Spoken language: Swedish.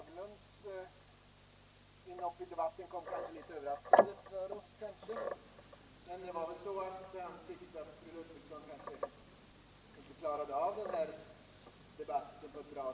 Herr talman! Herr Fagerlunds inhopp i debatten kom litet överraskande, men det var väl kanske så att han tyckte att fru Ludvigsson inte klarade av den här debatten så bra.